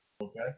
Okay